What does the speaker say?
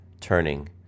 turning